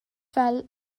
fel